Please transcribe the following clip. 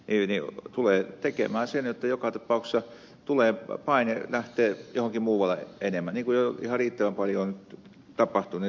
se tulee tekemään sen jotta joka tapauksessa tulee paine lähteä johonkin muualle enemmän niin kuin jo ihan riittävän paljon on nyt tapahtunut